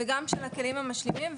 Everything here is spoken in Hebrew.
וגם של הכלים המשלימים.